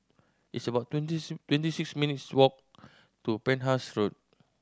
it's about twenty twenty six minutes' walk to Penhas Road